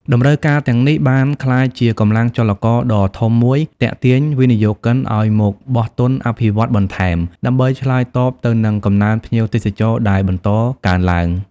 តម្រូវការទាំងនេះបានក្លាយជាកម្លាំងចលករដ៏ធំមួយទាក់ទាញវិនិយោគិនឲ្យមកបោះទុនអភិវឌ្ឍន៍បន្ថែម ដើម្បីឆ្លើយតបទៅនឹងកំណើនភ្ញៀវទេសចរដែលបន្តកើនឡើង។